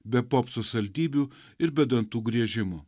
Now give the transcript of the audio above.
be popso saldybių ir be dantų griežimo